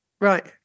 right